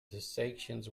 sanctions